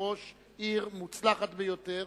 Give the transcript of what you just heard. יושב-ראש עיר מוצלחת ביותר,